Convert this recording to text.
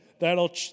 that'll